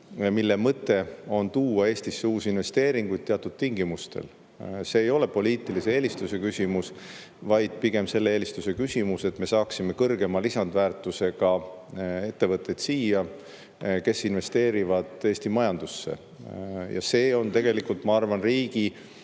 mille mõte on tuua Eestisse uusi investeeringuid teatud tingimustel. See ei ole poliitilise eelistuse küsimus, vaid pigem selle eelistuse küsimus, et me saaksime kõrgema lisandväärtusega ettevõtteid siia, kes investeerivad Eesti majandusse. See on tegelikult, ma arvan, riigi